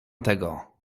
tego